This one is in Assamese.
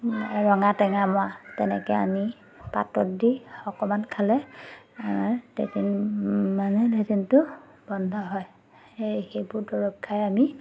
ৰঙা টেঙামৰা তেনেকৈ আনি পাতত দি অকণমান খালে লেট্ৰিন মানে লেট্ৰিনটো বন্ধ হয় সেই সেইবোৰ দৰৱ খাই আমি